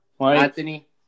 Anthony